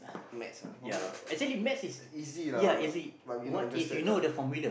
maths ah for me uh easy lah but but we not interested lah